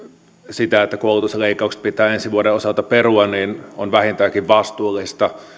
sitä että koulutusleikkaukset pitää ensi vuoden osalta perua niin on vähintäänkin vastuullista